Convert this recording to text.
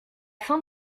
fin